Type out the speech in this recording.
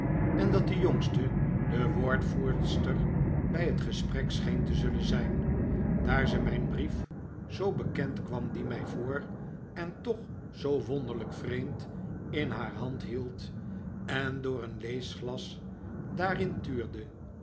en dat de jongste de woordvoerdster bij het gesprek scheen te zullen zijn daar ze mijn brief zoo bekend kwam die mij voor en toch zoo wonderlijk vreemd in haar hand hield en door een leesglas daarin tuurde